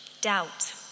Doubt